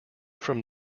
from